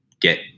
get